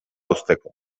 uzteko